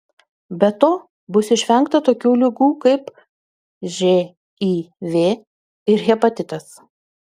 be to bus išvengta tokių ligų kaip živ ir hepatitas